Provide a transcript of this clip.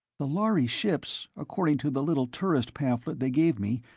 the lhari ships, according to the little tourist pamphlet they gave me,